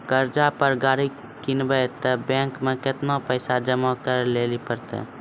कर्जा पर गाड़ी किनबै तऽ बैंक मे केतना पैसा जमा करे लेली पड़त?